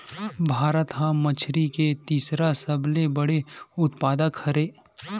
भारत हा मछरी के तीसरा सबले बड़े उत्पादक हरे